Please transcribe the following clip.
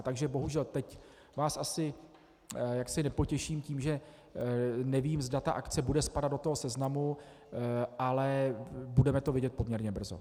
Takže bohužel teď vás asi nepotěším tím, že nevím, zda ta akce bude spadat do toho seznamu, ale budeme to vědět poměrně brzo.